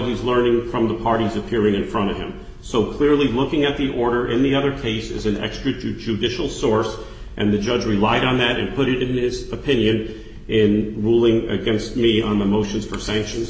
he's learning from the parties appearing in front of him so clearly looking at the order in the other cases an extra judicial source and the judge relied on that and put it in this opinion in ruling against me on the motions for sa